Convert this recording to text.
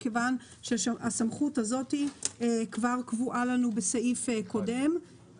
מכיוון שהסמכות הזאת קבועה לנו כבר בסעיף קודם,